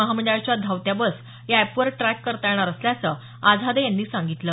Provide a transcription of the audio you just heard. महामंडळाच्या धावत्या बस या अॅपवर ट्रॅक करता येणार असल्याचं आझादे यांनी सांगितलं